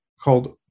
called